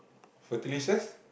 food delicious